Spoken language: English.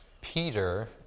Peter